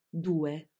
due